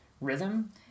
rhythm